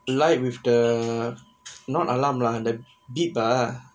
the light with the not alarm